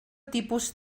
tipus